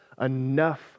enough